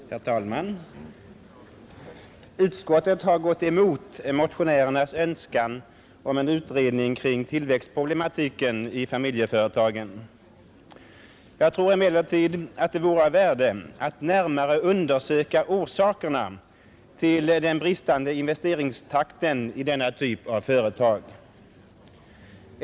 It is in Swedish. Herr talman! Utskottet har gått emot motionärernas önskan om en utredning kring tillväxtproblematiken i familjeföretagen. Jag tror emellertid att det vore av värde att närmare undersöka orsakerna till den bristande investeringstakten i denna typ av företag.